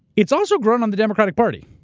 it's also grown on the democratic party.